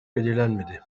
belirlenmedi